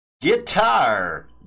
guitar